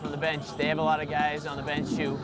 on the bench they have a lot of guys on the ben